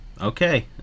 okay